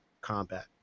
combat